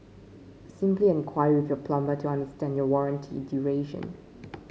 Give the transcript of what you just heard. simply enquire with your plumber to understand your warranty duration